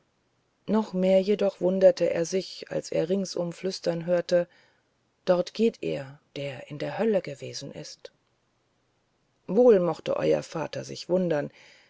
noch mehr jedoch wunderte er sich als er ringsum flüstern hörte dort geht er der in der hölle gewesen ist wohl mochte euer vater sich wundern